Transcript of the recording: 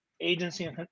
agency